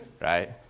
Right